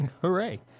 Hooray